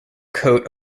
coat